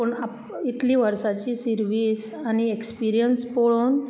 पूण आप इतली वर्साची सिर्विस आनी एक्सपिर्यन्स पळोन